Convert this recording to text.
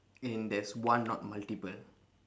and there is one not multiple